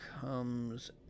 comes